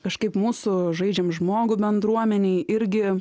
kažkaip mūsų žaidžiam žmogų bendruomenei irgi